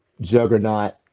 juggernaut